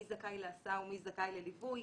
מי זכאי להסעה ומי זכאי לליווי.